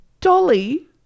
Dolly